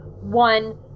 one